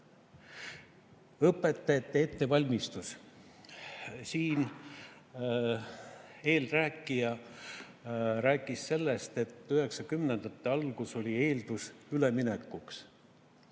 Õpetajate ettevalmistus ... Siin eelrääkija rääkis sellest, et 1990-ndate alguses oli eeldus üleminekuks.